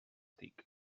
tic